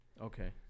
okay